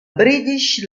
british